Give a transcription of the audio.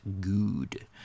good